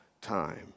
time